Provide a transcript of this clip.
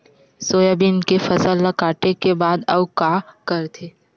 Soybean के फसल ल काटे के बाद आऊ का करथे?